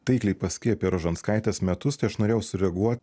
taikliai pasakei apie rožanskaitės metus tai aš norėjau sureaguot